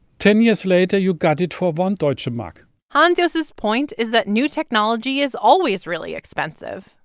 ten years later, you got it for one deutsche ah mark hans-josef's point is that new technology is always really expensive,